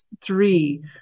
three